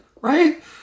right